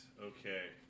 okay